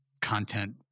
content